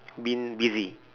been busy